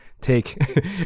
take